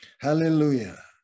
hallelujah